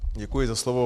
Děkuji za slovo.